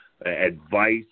advice